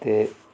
ते